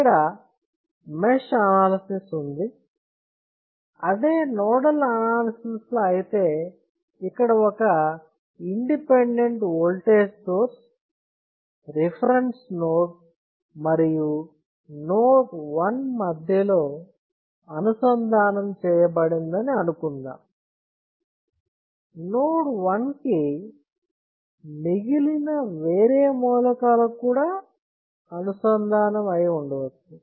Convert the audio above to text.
ఇక్కడ mesh analysis ఉంది అదే నోడల్ అనాలసిస్ లో అయితే ఇక్కడ ఒక independent voltage source reference node మరియు నోడ్ 1 మధ్యలో అనుసంధానం చేయబడిందని అనుకుందాం నోడ్ 1 కి మిగిలిన వేరే మూలకాలు కూడా అనుసంధానం అయి ఉండవచ్చు